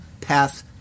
path